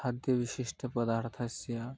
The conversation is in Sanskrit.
खाद्यविशिष्टपदार्थस्य